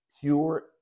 Pure